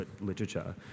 literature